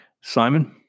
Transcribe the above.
Simon